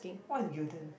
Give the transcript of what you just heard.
what you done